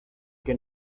que